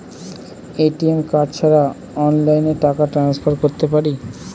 ATM card ছাড়া অনলাইনে টাকা টান্সফার করতে পারি?